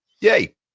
Yay